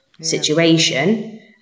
situation